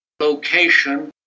location